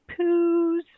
poos